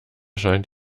scheint